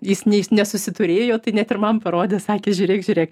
jis nesusiturėjo tai net ir man parodė sakė žiūrėk žiūrėk